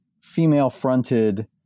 female-fronted